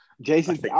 Jason –